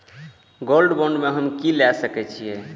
Gold bond में हम की ल सकै छियै?